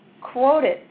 quoted